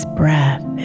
breath